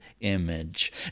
image